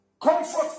Comfort